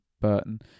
Burton